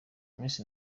miss